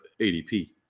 ADP